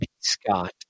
Scott